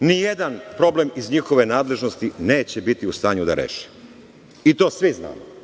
nijedan problem iz njihove nadležnosti neće biti u stanju da reše. To svi znamo.